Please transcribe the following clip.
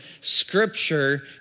Scripture